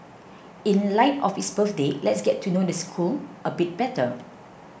in light of its birthday let's get to know the school a bit better